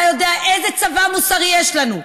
אתה יודע איזה צבא מוסרי יש לנו.